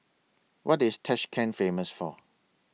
What IS Tashkent Famous For